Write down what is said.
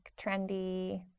trendy